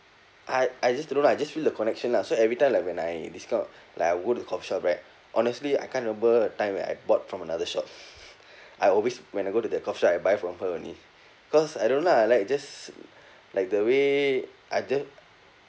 I I just don't know lah I just feel the connection lah so every time like when I this kind of like I would go to coffee shop right honestly I can't remember a time where I bought from another shop I always when I go to that coffee shop I buy from her only cause I don't know lah like I just like the way I j~